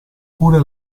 pure